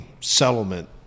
settlement